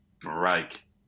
break